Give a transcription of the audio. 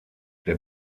der